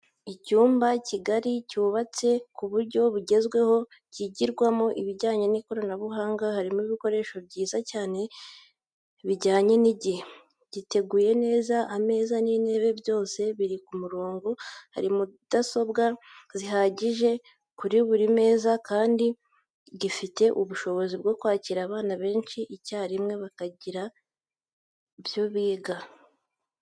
Icyumba kigari cyubatse ku buryo bugezweho kigirwamo ibijyanye n'ikoranabuhanga harimo ibikoresho byiza bijyanye n'igihe, giteguye neza ameza n'intebe byose biri ku murongo, hari mudasobwa zihagije kuri buri meza kandi gifite ubushobozi bwo kwakira abana benshi icyarimwe bakiga bisanzuye.